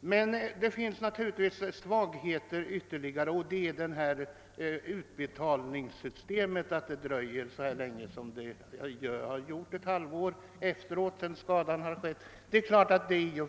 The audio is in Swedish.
Men det finns fortfarande svagheter i systemet. En sådan är att skördeskadeersättningen utbetalas så långt efter det att skadorna har uppstått — det kan dröja ett halvår.